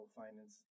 finance